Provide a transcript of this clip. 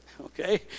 okay